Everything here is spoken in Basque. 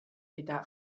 eta